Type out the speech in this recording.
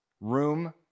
room